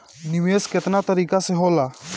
निवेस केतना तरीका के होला?